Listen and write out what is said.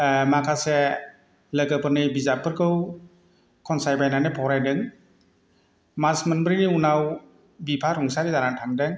माखासे लोगोफोरनि बिजाबफोरखौ खनसायबायनानै फरायदों मास मोनब्रैनि उनाव बिफा रुंसारि जानानै थांदों